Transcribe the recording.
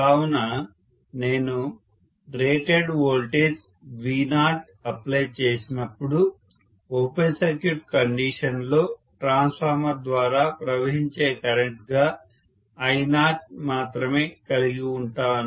కావున నేను rated voltage V0 apply చేసినప్పుడు ఓపెన్ సర్క్యూట్ కండిషన్లో ట్రాన్స్ఫార్మర్ ద్వారా ప్రవహించే కరెంట్గా I0 మాత్రమే కలిగి ఉంటాను